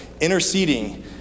interceding